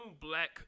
black